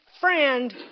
friend